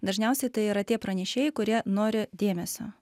dažniausiai tai yra tie pranešėjai kurie nori dėmesio